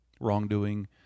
wrongdoing